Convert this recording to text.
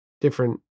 different